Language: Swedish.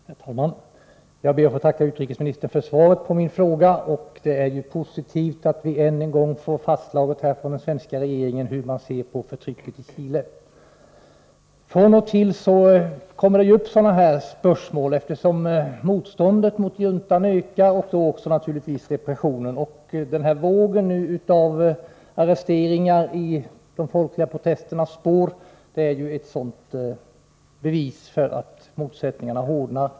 Herr talman! Jag ber att få tacka utrikesministern för svaret på min fråga. Det är positivt att man från den svenska regeringens sida ännu en gång slår fast hur man ser på förtrycket i Chile. Då och då blir ju sådana här spörsmål aktuella, eftersom motståndet mot juntan i Chile ökar och därmed, naturligtvis, även repressionen. Den aktuella vågen av arresteringar i de folkliga protesternas spår är ett bevis på att motsättningarna hårdnar.